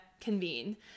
convene